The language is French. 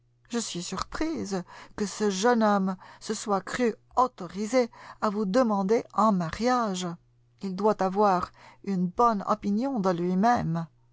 je suis surprise que ce jeune homme se soit cru autorisé à vous demander en mariage il doit avoir une bonne opinion de lui-même